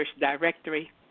directory